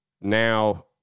now